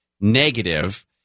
negative